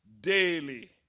daily